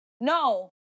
No